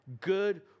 good